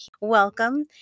welcome